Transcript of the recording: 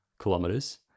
kilometers